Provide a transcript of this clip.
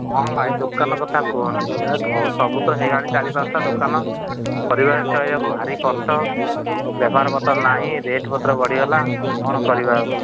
କ'ଣ ଭାଇ ଦୋକାନ କଥା କୁହନି ହେ ସବୁ ତ ହେଇ ଗଲାଣି ଚାରି ପାଞ୍ଚଟା ଦୋକାନ ପରିବାର ଚଳିବାକୁ ଭାରି କଷ୍ଟ ବେପାର ପତ୍ର ନାହିଁ ରେଟ୍ ପତ୍ର ବଢ଼ିଗଲା କ'ଣ କରିବା ଆଉ